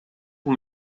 com